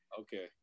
Okay